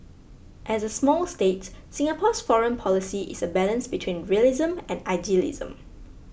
as a small state Singapore's foreign policy is a balance between realism and idealism